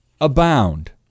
abound